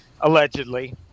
allegedly